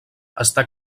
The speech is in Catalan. està